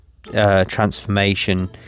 transformation